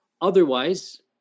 Otherwise